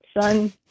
Son